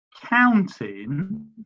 counting